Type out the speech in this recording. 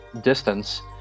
distance